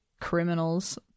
criminals